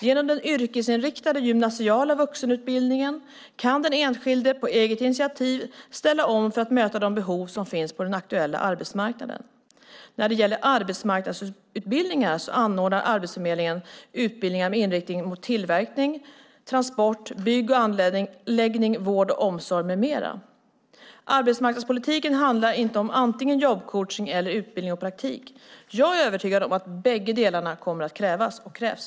Genom den yrkesinriktade gymnasiala vuxenutbildningen kan den enskilde på eget initiativ ställa om för att möta de behov som finns på den aktuella arbetsmarknaden. När det gäller arbetsmarknadsutbildningar anordnar Arbetsförmedlingen utbildningar med inriktning på tillverkning, transport, bygg och anläggning, vård och omsorg med mera. Arbetsmarknadspolitiken handlar inte om antingen jobbcoachning eller utbildning och praktik. Jag är övertygad om att bägge delar kommer att krävas och krävs.